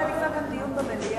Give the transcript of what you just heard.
אני מעדיפה גם דיון במליאה.